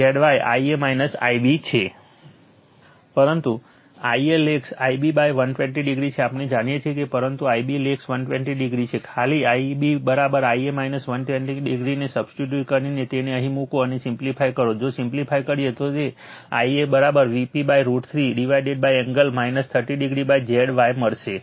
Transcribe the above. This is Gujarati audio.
પરંતુ Ia લેગ્સ Ib 120o છે આપણે જાણીએ છીએ કે પરંતુ Ib લેગ્સ 120o છે ખાલી Ib Ia 120o ને સબસ્ટિટ્યૂટ કરી તેને અહીં મૂકો અને સિમ્પ્લિફાઇ કરો જો સિમ્પ્લિફાઇ કરીએ તો Ia Vp√ 3 divided angle 30o Zy મળશે